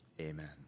Amen